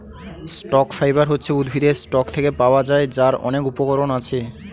stock fibre হচ্ছে উদ্ভিদের stalk থেকে পাওয়া যায়, যার অনেক উপকরণ আছে